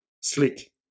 slick